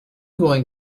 going